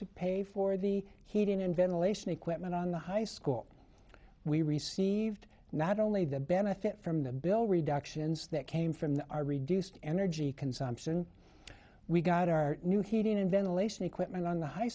to pay for the heating and ventilation equipment on the high school we received not only the benefit from the bill reductions that came from the our reduced energy consumption we got our new heating and ventilation equipment on the high